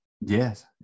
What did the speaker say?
Yes